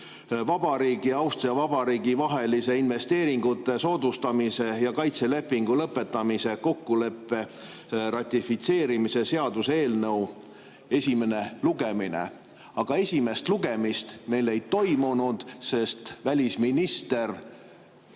Vabariigi ja Austria Vabariigi vahelise investeeringute soodustamise ja kaitse lepingu lõpetamise kokkuleppe ratifitseerimise seaduse eelnõu esimene lugemine. Aga esimest lugemist meil ei toimunud, sest välisminister